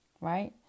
right